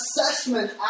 assessment